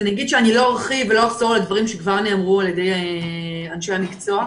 לא ארחיב ולא אחזור על דברים שנאמרו על ידי אנשי המקצוע.